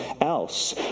else